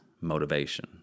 motivation